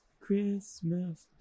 Christmas